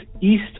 east